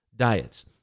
Diets